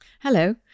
Hello